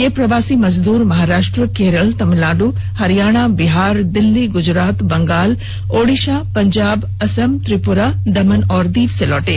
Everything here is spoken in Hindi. ये प्रवासी मजदूर महराष्ट्र केरल तमिलनाडु हरियाणा बिहार दिल्ली गुजरात बंगाल ओड़िषा पंजाब असम त्रिपुरा दमन और दीव से लौटे